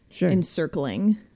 encircling